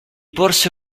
porse